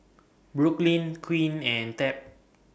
Brooklynn Quinn and Tab